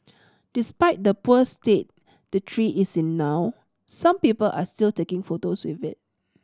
despite the poor state the tree is in now some people are still taking photos with it